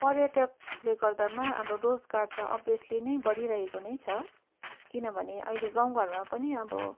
पर्यटकले गर्दामा अब रोजगार त अभियस्ली नै बढिरहेको नै छ किन भने अहिले गाउँ घरमा पनि अब